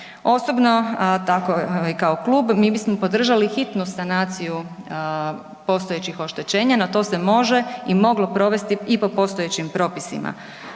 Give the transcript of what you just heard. Osobno, tako i kao klub, mi bismo podržali hitnu sanaciju postojećih oštećenja, na to se može i moglo provesti i po postojećim propisima.